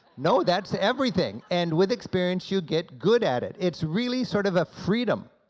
no, that's everything, and with experience you'll get good at it. it's really sort of freedom.